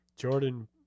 Jordan